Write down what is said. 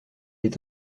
est